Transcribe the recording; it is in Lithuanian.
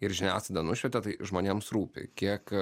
ir žiniasklaidą nušvietė tai žmonėms rūpi kiek